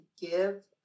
give